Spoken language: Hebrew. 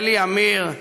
אלי עמיר,